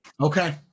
Okay